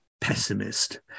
pessimist